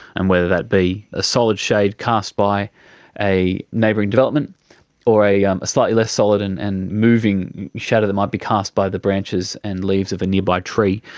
and whether that be a solid shade cast by a neighbouring development or a um a slightly less solid and and moving shadow that might be cast by the branches and leaves of a nearby tree,